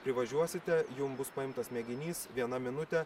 privažiuosite jum bus paimtas mėginys viena minutė